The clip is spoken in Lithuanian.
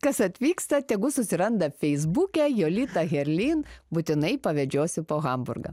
kas atvyksta tegu susiranda feisbuke jolitą herlin būtinai pavedžiosiu po hamburgą